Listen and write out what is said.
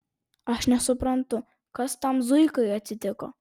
aš nesuprantu kas tam zuikai atsitiko